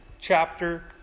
chapter